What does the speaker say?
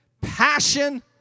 passion